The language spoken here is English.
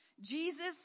Jesus